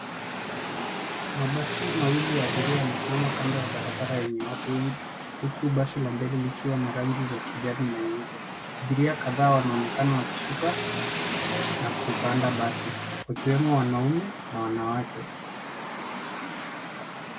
Mabasi mawili ya abiria yamesimama kando ya barabara yenye watu wengi huku basi la mbele likiwa na rangi za kijani na nyeupe. Abiria kadhaa wanaonekana wakishuka na kupanda basi wakiwemo wanaume na wanawake.